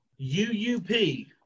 UUP